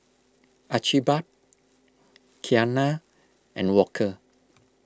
Archibald Keanna and Walker